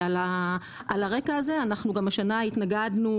על הרקע הזה אנחנו גם השנה התנגדנו